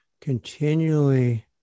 continually